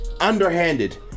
underhanded